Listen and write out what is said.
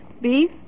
Beef